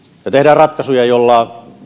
ja tehdään ratkaisuja joilla